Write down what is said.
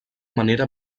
manera